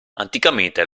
anticamente